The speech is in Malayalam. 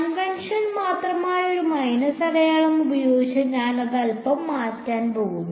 കൺവെൻഷൻ മാത്രമായ ഒരു മൈനസ് അടയാളം ഉപയോഗിച്ച് ഞാൻ അത് അൽപ്പം മാറ്റാൻ പോകുന്നു